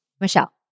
Michelle